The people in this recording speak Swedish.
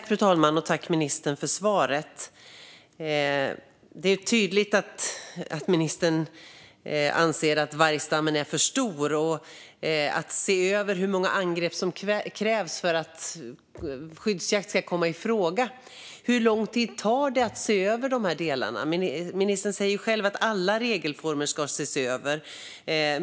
Fru talman! Jag tackar ministern för svaret. Det är tydligt att ministern anser att vargstammen är för stor och att det ska ses över hur många angrepp som krävs för att skyddsjakt ska komma i fråga. Hur lång tid tar det att se över dessa delar? Ministern säger ju själv att regelformer ska ses över.